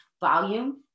volume